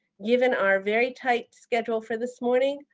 given our very tight schedule for this morning,